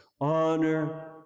honor